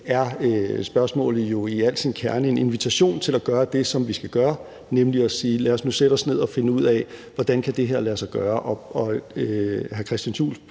er spørgsmålet jo i al sin kerne en invitation til at gøre det, som vi skal gøre, nemlig at sige: Lad os nu sætte os ned og finde ud af, hvordan det her kan lade sig gøre.